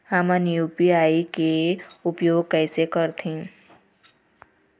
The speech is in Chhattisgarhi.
हमन यू.पी.आई के उपयोग कैसे करथें?